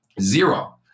zero